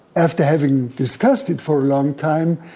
after having discussed it for a long time,